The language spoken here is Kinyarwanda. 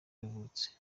yavutse